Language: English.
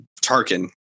Tarkin